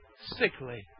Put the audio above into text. sickly